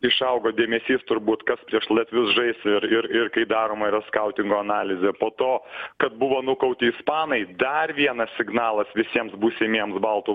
išaugo dėmesys turbūt kas prieš latvius žais ir ir ir kai daroma yra skautingo analizė po to kad buvo nukauti ispanai dar vienas signalas visiems būsimiems baltų